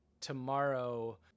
tomorrow